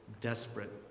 desperate